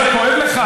מנהיגות היא משדרת.